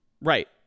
Right